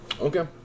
Okay